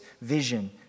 vision